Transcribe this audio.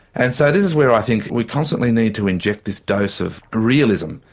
and so this is where i think we constantly need to inject this dose of realism,